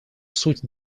суть